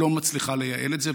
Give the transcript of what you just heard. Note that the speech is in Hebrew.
ולא מצליחה לייעל את זה,